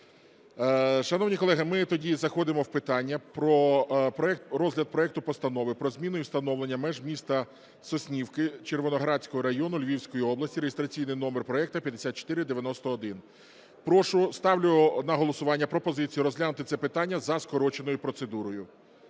Шановні колеги, ми тоді заходимо в питання про розгляд проекту Постанови про зміну і встановлення меж міста Соснівки Червоноградського району Львівської області (реєстраційний номер проекту 5491). Ставлю на голосування пропозицію розглянути це питання за скороченою процедурою.